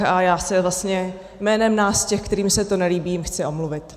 A já se jim vlastně jménem nás, těch, kterým se to nelíbí, chci omluvit.